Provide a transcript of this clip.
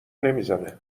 نمیزنه